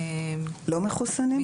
לא מחוסנים?